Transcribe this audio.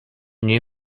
new